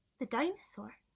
the dinosaur,